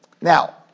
Now